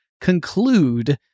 conclude